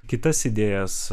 kitas idėjas